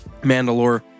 Mandalore